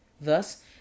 thus